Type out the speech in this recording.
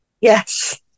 Yes